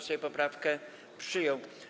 Sejm poprawkę przyjął.